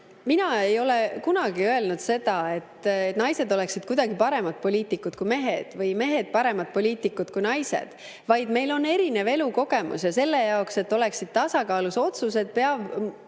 ei ole kunagi öelnud seda, et naised oleksid kuidagi paremad poliitikud kui mehed, või mehed paremad poliitikud kui naised, vaid meil on erinev elukogemus. Ja selle jaoks, et oleksid tasakaalus otsused, peab